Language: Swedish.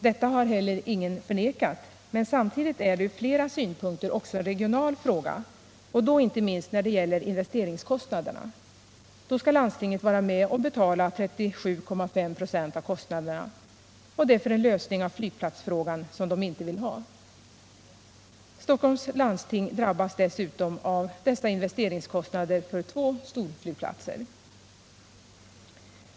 Detta har heller ingen förnekat, men samtidigt 173 är det ur flera synpunkter en regional fråga — och då inte minst när det gäller investeringskostnaderna! Skall Bromma utvidgas så skall landstinget vara med och betala 37,5 96 av kostnaderna — och det för en lösning av flygplatsfrågan som man inte vill ha. Stockholms läns landsting drabbas dessutom av dylika investeringskostnader för två storflygplatser.